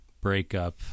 breakup